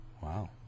Wow